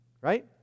Right